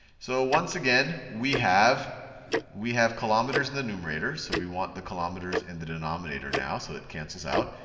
so once again, we have we have kilometers in the numerator. so we want the kilometers in the denominator now. so it cancels out.